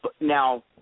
Now